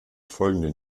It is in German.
folgenden